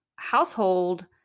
household